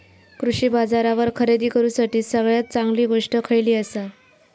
कृषी बाजारावर खरेदी करूसाठी सगळ्यात चांगली गोष्ट खैयली आसा?